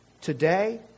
Today